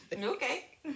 Okay